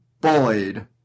bullied